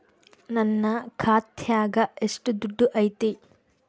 ನನ್ನ ಖಾತ್ಯಾಗ ಎಷ್ಟು ದುಡ್ಡು ಐತಿ?